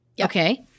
Okay